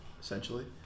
essentially